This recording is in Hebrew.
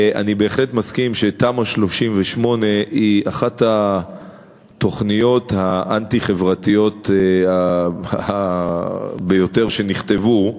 אני בהחלט מסכים שתמ"א 38 היא אחת התוכניות האנטי-חברתיות ביותר שנכתבו.